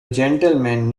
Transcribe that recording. gentleman